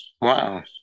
Wow